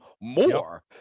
more